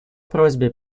просьбе